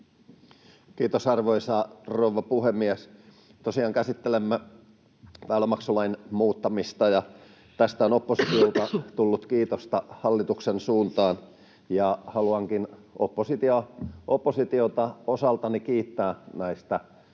Kiitos, arvoisa rouva puhemies! Tosiaan käsittelemme väylämaksulain muuttamista. Tästä on oppositiolta tullut kiitosta hallituksen suuntaan, ja haluankin oppositiota osaltani kiittää näistä